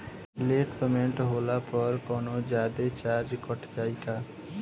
Late payment होला पर कौनोजादे चार्ज कट जायी का?